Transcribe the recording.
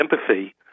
empathy